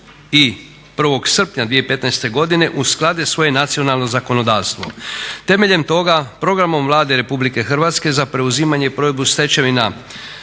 i 1. srpnja 2015. godine usklade svoje nacionalno zakonodavstvo. Temeljem toga Programom Vlade Republike Hrvatske za preuzimanje i provedbu stečevina